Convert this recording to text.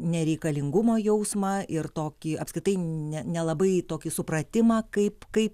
nereikalingumo jausmą ir tokį apskritai ne nelabai tokį supratimą kaip kaip